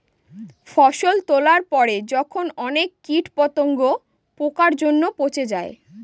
ফসল তোলার পরে যখন অনেক কীট পতঙ্গ, পোকার জন্য পচে যায়